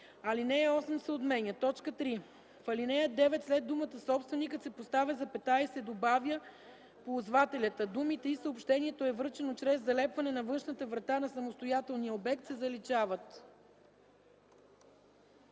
Алинея 8 се отменя. 3. В ал. 9 след думата „собственикът” се поставя запетая и се добавя „ползвателят”, а думите „и съобщението е връчено чрез залепване на външната врата на самостоятелния обект” се заличават.”